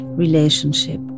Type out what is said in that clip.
relationship